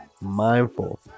mindful